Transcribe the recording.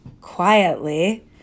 quietly